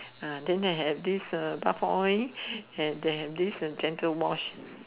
uh then they have this uh bath oil and they have this uh gentle wash